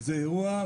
זה אירוע.